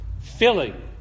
filling